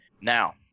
Now